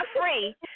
free